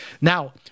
Now